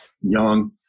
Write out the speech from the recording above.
young